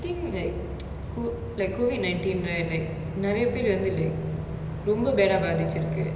like நேரயப்பேர் வந்து:nerayaper vanthu like வேலய வந்து வேலைல இருந்து:velaya vanthu velaila irunthu like um தூக்கபட்டிருகாங்க:thookapattirukaanga like um